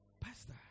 Pastor